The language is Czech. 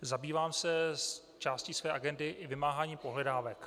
Zabývám se částí své agendy i vymáháním pohledávek.